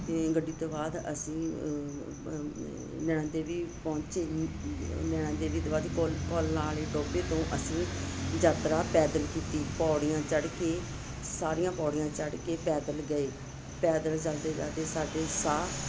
ਗੱਡੀ ਤੋਂ ਬਾਅਦ ਅਸੀਂ ਨੈਣਾਂ ਦੇਵੀ ਪਹੁੰਚੇ ਨੈਣਾਂ ਦੇਵੀ ਤੋਂ ਬਾਅਦ ਕੌਲ ਕੌਲਾਂ ਵਾਲੇ ਟੋਭੇ ਤੋਂ ਅਸੀਂ ਯਾਤਰਾ ਪੈਦਲ ਕੀਤੀ ਪੌੜੀਆਂ ਚੜ੍ਹ ਕੇ ਸਾਰੀਆਂ ਪੌੜੀਆਂ ਚੜ੍ਹ ਕੇ ਪੈਦਲ ਗਏ ਪੈਦਲ ਜਾਂਦੇ ਜਾਂਦੇ ਸਾਡੇ ਸਾਹ